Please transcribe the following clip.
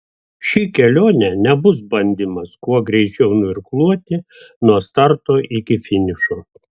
ši kelionė nebus bandymas kuo greičiau nuirkluoti nuo starto iki finišo